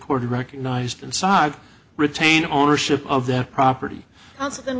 court recognized inside retain ownership of that property and